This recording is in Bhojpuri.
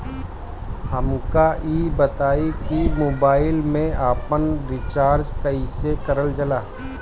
हमका ई बताई कि मोबाईल में आपन रिचार्ज कईसे करल जाला?